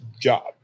job